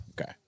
Okay